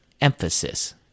emphasis